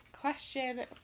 question